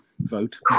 vote